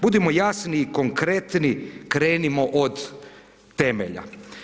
Budimo jasni i konkretni, krenimo od temelja.